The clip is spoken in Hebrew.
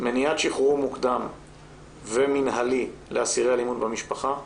מניעת שחרור מוקדם ומינהלי לאסירי אלימות במשפחה,